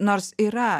nors yra